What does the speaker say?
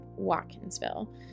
Watkinsville